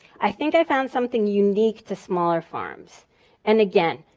i think i found something unique to smaller farms and again,